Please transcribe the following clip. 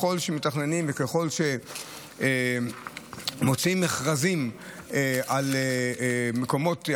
ככל שמתכננים וככל שמוציאים מכרזים על מקומות,